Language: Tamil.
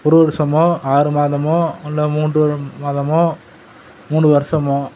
ஒரு வருடமோ ஆறு மாதமோ இல்லை மூன்று மாதமோ மூணு வருடமோ